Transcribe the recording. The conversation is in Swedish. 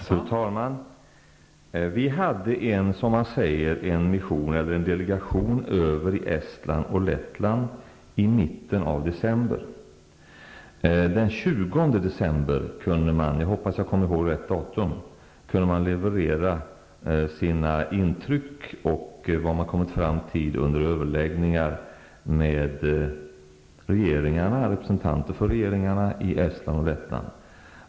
Fru talman! Vi hade, som man säger, en mission -- dvs. en delegation -- i Estland och Lettland i mitten av december. Den 20 december -- jag hoppas att jag kommer ihåg rätt datum -- kunde delegationen leverera sina intryck och vad man kommit fram till under överläggningar med regeringarna och representanter för regeringarna i Estland och Lettland.